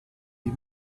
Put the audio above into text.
die